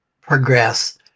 progress